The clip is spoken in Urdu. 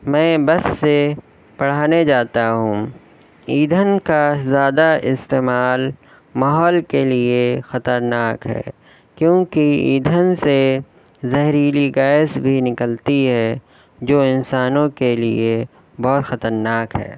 میں بس سے پڑھانے جاتا ہوں ایندھن کا زیادہ استعمال ماحول کے لیے خطرناک ہے کیونکہ ایندھن سے زہریلی گیس بھی نکلتی ہے جو انسانوں کے لیے بہت خطرناک ہے